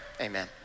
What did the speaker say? amen